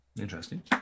Interesting